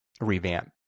revamp